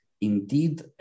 Indeed